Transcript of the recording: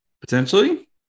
Potentially